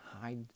hide